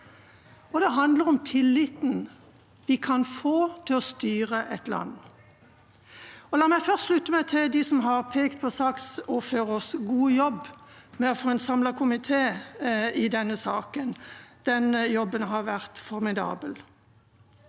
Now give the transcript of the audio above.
Det handler også om tilliten vi kan få til å styre et land. La meg først slutte meg til dem som har pekt på saksordførers gode jobb med å få en samlet komité i denne saken. Den jobben har vært formidabel.